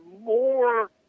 more